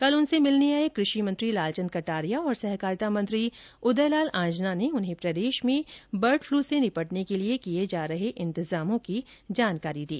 कल उनसे मिलने आए कृषि मंत्री लालचंद कटारिया और सहकारिता मंत्री उदयलाल आंजना ने उन्हें प्रदेश में बर्ड फ्लू से निपटने के लिए किए जा रहे इंतजामों की जानकारी दी